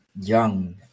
young